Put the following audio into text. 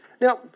Now